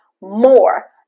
more